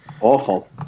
Awful